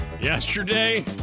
Yesterday